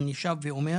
אני שב ואומר,